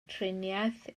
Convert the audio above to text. triniaeth